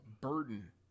burden